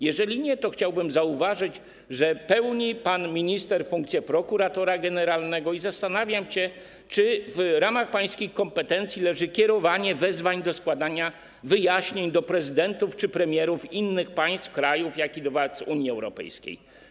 Jeżeli nie, to chciałbym zauważyć, że pełni pan minister funkcję prokuratora generalnego, i zastanawiam się, czy w ramach pańskich kompetencji leży kierowanie wezwań do składania wyjaśnień do prezydentów czy premierów innych państw, krajów, jak i do władz Unii Europejskiej.